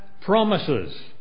promises